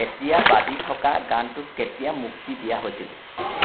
এতিয়া বাজি থকা গানটো কেতিয়া মুক্তি দিয়া হৈছিল